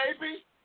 baby